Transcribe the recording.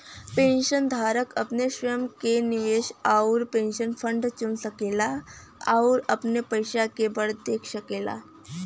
पेंशनधारक अपने स्वयं क निवेश आउर पेंशन फंड चुन सकला आउर अपने पइसा के बढ़त देख सकेला